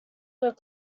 were